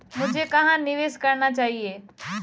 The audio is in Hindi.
मुझे कहां निवेश करना चाहिए?